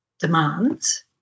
demands